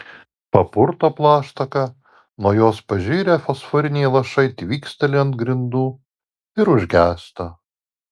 papurto plaštaką nuo jos pažirę fosforiniai lašai tvyksteli ant grindų ir užgęsta